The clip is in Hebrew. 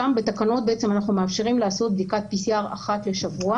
שם בתקנות אנחנו מאפשרים לעשות בדיקת PCR אחת לשבוע